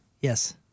Yes